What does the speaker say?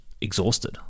exhausted